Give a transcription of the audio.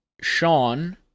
sean